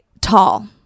tall